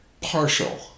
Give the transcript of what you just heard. partial